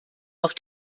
auf